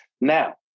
Now